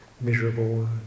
miserable